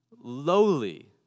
Lowly